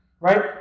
right